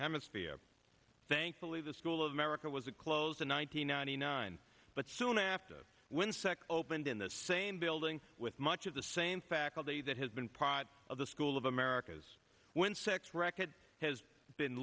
hemisphere thankfully the school of america was a closed in one nine hundred ninety nine but soon after when sex opened in the same building with much of the same faculty that has been pot of the school of america's when six record has been